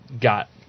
got